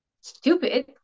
stupid